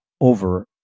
over